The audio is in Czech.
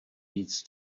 víc